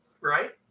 Right